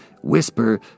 whisper